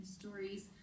stories